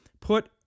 put